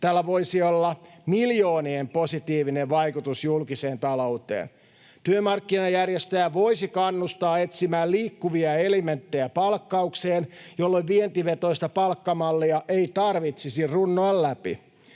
Tällä voisi olla miljoonien positiivinen vaikutus julkiseen talouteen. Työmarkkinajärjestöjä voisi kannustaa etsimään liikkuvia elementtejä palkkaukseen, jolloin vientivetoista palkkamallia ei tarvitsisi runnoa läpi.